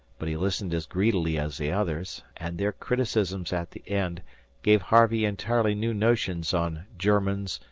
but he listened as greedily as the others and their criticisms at the end gave harvey entirely new notions on germans,